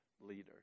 leader